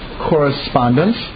correspondence